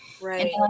Right